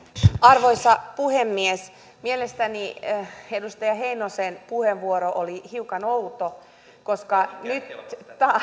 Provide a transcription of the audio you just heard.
arvoisa puhemies mielestäni edustaja heinosen puheenvuoro oli hiukan outo koska nyt